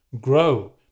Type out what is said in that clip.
grow